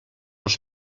els